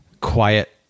quiet